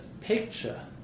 picture